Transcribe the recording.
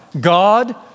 God